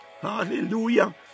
Hallelujah